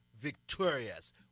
victorious